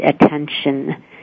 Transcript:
attention